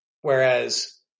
Whereas